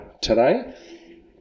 today